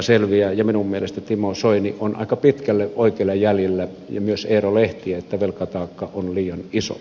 minun mielestäni timo soini on aika pitkälle oikeilla jäljillä ja myös eero lehti että velkataakka on liian iso